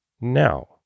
now